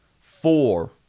four